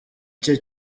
cye